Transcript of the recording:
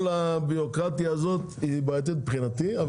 כל הביורוקרטיה הזאת היא בעייתית מבחינתי.